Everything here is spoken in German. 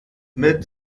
mit